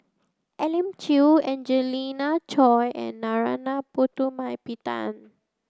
Elim Chew Angelina Choy and Narana Putumaippittan